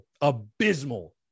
abysmal